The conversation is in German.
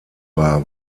war